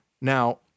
Now